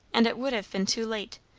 and it would have been too late,